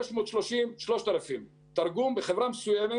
630 3,000. תרגום: בחברה מסוימת